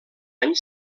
any